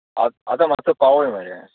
आत आतां मातसो पावोय मरे